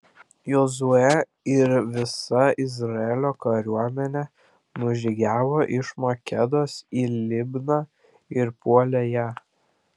jozuė ir visa izraelio kariuomenė nužygiavo iš makedos į libną ir puolė ją